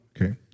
Okay